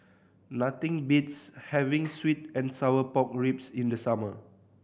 nothing beats having sweet and sour pork ribs in the summer